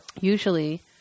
Usually